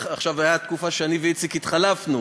הייתה תקופה שאני ואיציק התחלפנו: